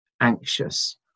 anxious